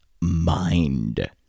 mind